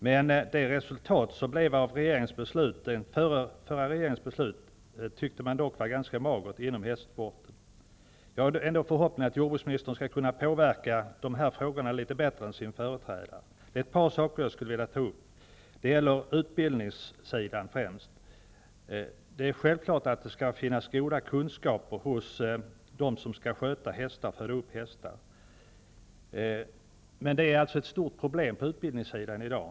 Men det som blev resultatet av den förra regeringens beslut tyckte man inom hästsporten var magert. Jag har ändå förhoppningen att jordbruksministern skall kunna påverka frågorna litet bättre än sin företrädare. Jag skulle vilja ta upp ett par ytterligare saker. Främst gäller det utbildningen. Det är självklart att det skall finnas goda kunskaper hos dem som skall sköta och föda upp hästar. Men det råder ett stort problem med utbildningen i dag.